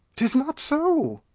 tis not so!